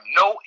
no